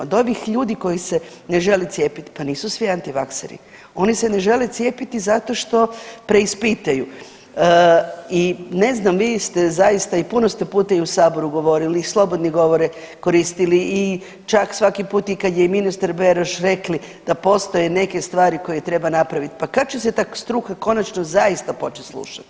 Od ovih ljudi koji se ne žele cijepiti pa nisu svi antivakseri, oni se ne žele cijepiti zato što preispituju i ne znam vi ste zaista i puno ste puta i u saboru govorili i slobodne govore koristili i čak svaki put i kad je ministar Beroš rekli da postoje neke stvari koje treba napraviti, pa kad će se ta struka konačno zaista početi slušat.